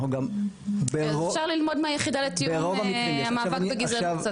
אנחנו גם ברוב --- אפשר ללמוד מהיחידה לתיאום המאבק בגזענות.